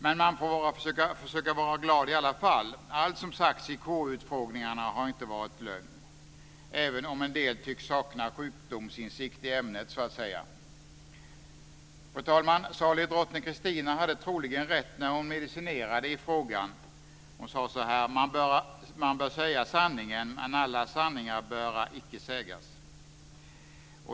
Men man får försöka vara glad i alla fall. Allt som sagts i KU-utfrågningarna har ju inte varit lögn, även om en del tycks sakna sjukdomsinsikt i ämnet, så att säga. Fru talman! Salig drottning Kristina hade troligen rätt när hon medicinerade i frågan: Man bör säga sanningen, men alla sanningar böra icke sägas.